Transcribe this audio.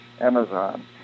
Amazon